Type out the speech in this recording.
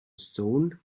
stone